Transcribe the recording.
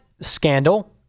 scandal